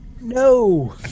No